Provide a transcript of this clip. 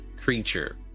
creature